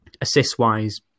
assist-wise